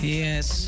yes